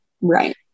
Right